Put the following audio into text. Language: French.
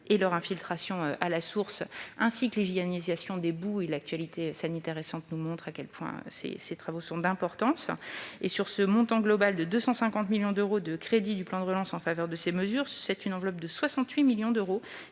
et leur infiltration à la source, ainsi que sur l'hygiénisation des boues d'épuration. L'actualité récente nous montre combien ces travaux sont d'importance. Sur ce montant global de 250 millions d'euros de crédits du plan de relance en faveur de ces mesures, une enveloppe de 68 millions d'euros